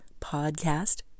Podcast